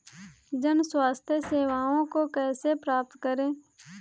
जन स्वास्थ्य सेवाओं को कैसे प्राप्त करें?